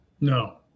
No